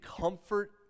comfort